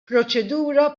proċedura